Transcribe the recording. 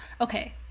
Okay